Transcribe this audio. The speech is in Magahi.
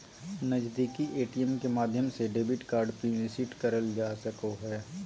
नजीदीकि ए.टी.एम के माध्यम से डेबिट कार्ड पिन रीसेट करल जा सको हय